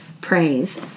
praise